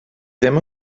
ddim